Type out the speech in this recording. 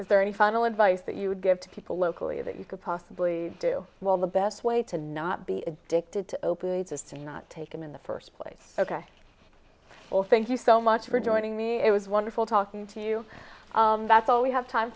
is there any final advice that you would give to people locally that you could possibly do well the best way to not be addicted to opioids is to not take them in the first place ok well thank you so much for joining me it was wonderful talking to you that's all we have time